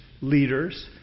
leaders